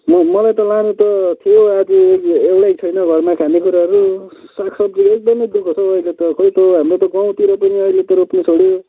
म मलाई त लानु त थियो आज एउटै छैन घरमा खानेकुराहरू साग सब्जीको एकदमै दुःख छ हौ अहिले त खोइ त हाम्रो त गाउँतिर पनि अहिले त रोप्नु छोड्यो